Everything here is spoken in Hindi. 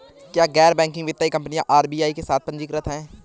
क्या गैर बैंकिंग वित्तीय कंपनियां आर.बी.आई के साथ पंजीकृत हैं?